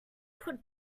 could